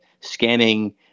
scanning